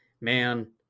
man